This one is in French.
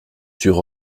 sur